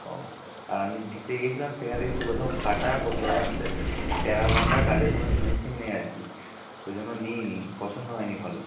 ও আর আমি দেখতে গিয়েছিলাম সেখানে দেখছি কোথাও ফাটা কোথাও বা হচ্ছে ট্যারা বাঁকা কাজের কোনো ফিনিশিং নেই আর কি ওই জন্য নিই নি পছন্দ হয় নি ভালো